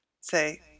say